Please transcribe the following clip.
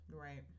Right